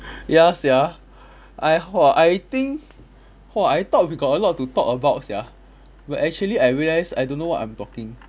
ya sia I !whoa! I think !whoa! I thought we got a lot to talk about sia but actually I realise I don't know what I'm talking